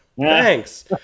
Thanks